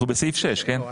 אנחנו בסעיף 6, כן?